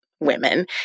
women